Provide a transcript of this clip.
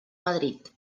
madrid